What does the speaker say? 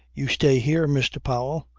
you stay here, mr. powell.